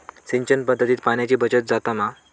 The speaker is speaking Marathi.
सिंचन पध्दतीत पाणयाची बचत जाता मा?